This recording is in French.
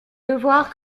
devoirs